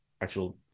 actual